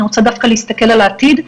אני רוצה דווקא להסתכל על העתיד.